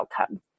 outcome